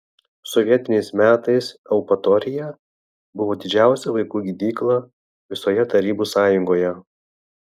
sovietiniais metais eupatorija buvo didžiausia vaikų gydykla visoje tarybų sąjungoje